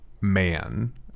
man